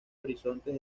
horizontes